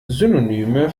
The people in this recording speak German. synonyme